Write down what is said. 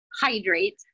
hydrate